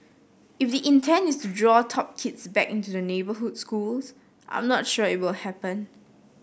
if the intent is to draw top kids back into the neighbourhood schools I'm not sure it will happen